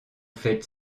faites